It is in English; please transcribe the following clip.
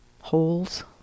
holes